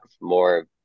more